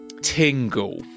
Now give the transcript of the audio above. Tingle